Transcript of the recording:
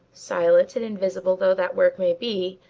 silent and invisible though that work may be,